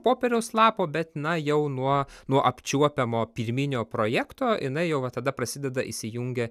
popieriaus lapo bet na jau nuo nuo apčiuopiamo pirminio projekto jinai jau tada prasideda įsijungia